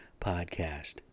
podcast